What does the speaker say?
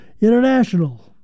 International